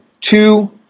Two